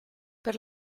per